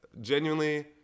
genuinely